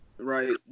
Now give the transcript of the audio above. right